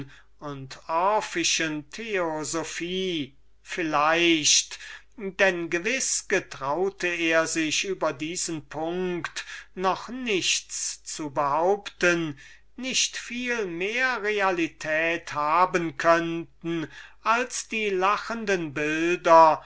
wahrscheinlicher weise denn gewiß getraute er sich über diesen punkt noch nichts zu behaupten nicht viel mehr realität haben könnten als die lachenden bilder